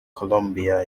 columbia